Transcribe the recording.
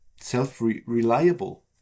self-reliable